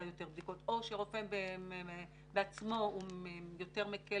יותר בדיקות או שרופא בעצמו יותר מקל